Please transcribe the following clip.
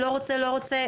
לא רוצה-לא רוצה.